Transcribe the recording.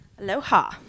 aloha